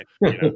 right